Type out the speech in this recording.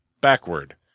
backward